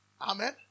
Amen